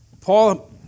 Paul